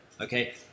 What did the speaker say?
okay